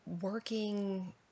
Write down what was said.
working